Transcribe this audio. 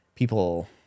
people